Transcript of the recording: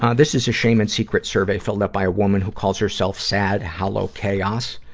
um this is a shame and secret survey filled out by a woman who calls herself sad, hollow chaos.